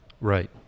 Right